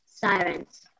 sirens